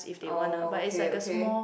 oh okay okay